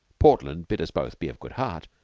portland bid us both be of good heart,